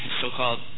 so-called